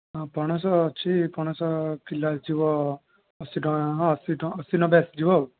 ହଁ ପଣସ ଅଛି ପଣସ କିଲୋ ଆସିଯିବ ଅଶି ଟଙ୍କା ହଁ ଅଶି ନବେ ଆସିଯିବ ଆଉ